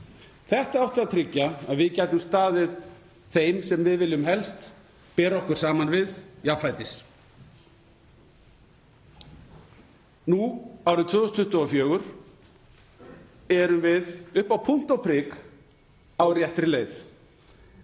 Þetta átti að tryggja að við gætum staðið jafnfætis þeim sem við viljum helst bera okkur saman við. Nú árið 2024 erum við upp á punkt og prik á réttri leið.